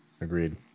Agreed